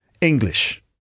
English